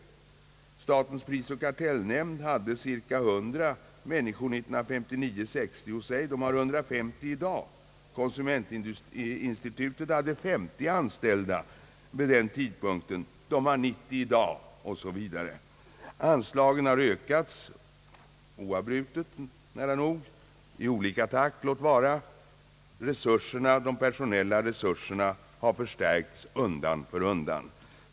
Statens prisoch kartellnämnd hade cirka 100 personer 1959 60 och 90 i dag osv. Anslagen har nära nog ökat oavbrutet, låt vara att takten inte varje år varit densamma. De personella resurserna har förstärkts undan för undan.